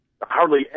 hardly